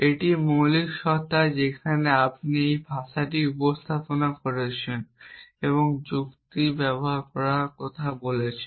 একটি মৌলিক সত্তা যেখানে আপনি একটি ভাষা উপস্থাপনা করেছেন এবং যুক্তি ব্যবহার করার কথা বলছেন